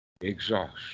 exhaust